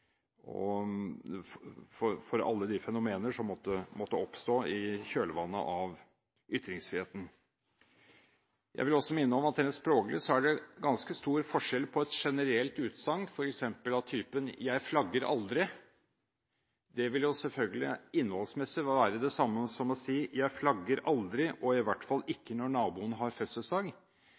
man trenger for alle de fenomener som måtte oppstå i kjølvannet av ytringsfriheten. Jeg vil også minne om at rent språklig er det ganske stor forskjell når det gjelder et generelt utsagn av f.eks. typen: «Jeg flagger aldri.» Det vil innholdsmessig selvfølgelig være det samme som å si: «Jeg flagger aldri – og i hvert fall ikke når naboen har fødselsdag.»